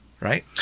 Right